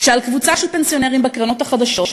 שקבוצה של פנסיונרים בקרנות החלשות,